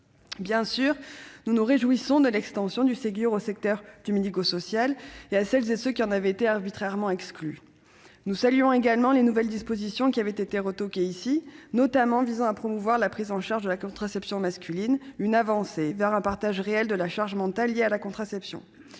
Bien sûr, nous nous réjouissons de l'extension du Ségur au secteur du médico-social et à celles et ceux qui en avaient été arbitrairement exclus. Nous saluons également les nouvelles dispositions, retoquées ici même, visant à promouvoir la prise en charge de la contraception masculine : il s'agit d'une avancée vers un partage réel de la charge mentale liée à la contraception.